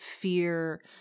fear